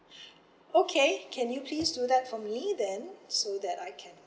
okay can you please do that for me then so that I can